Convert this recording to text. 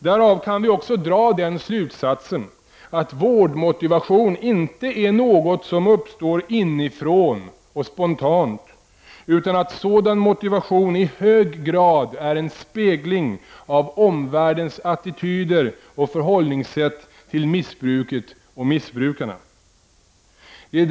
Därav kan vi dra slutsatsen att motivationen att söka vård inte är något som kommer inifrån eller som uppstår spontant, utan en sådan motivation är i hög grad en spegling av omvärldens attityder och förhållningssätt gentemot missbruket och missbrukarna.